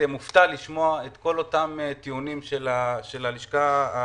מופתע לשמוע את כל הטיעונים של הלשכה המשפטית,